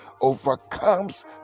overcomes